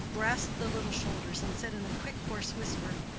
grasped the little shoulders, and said in a quick, hoarse whisper,